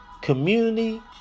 Community